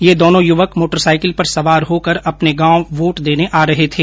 यह दोनो युवक मोटरसाईकिल पर सवार होकर अपने गांव वोट देने आ रहे थे